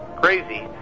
crazy